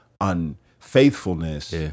unfaithfulness